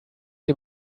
dem